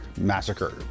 Massacre